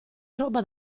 roba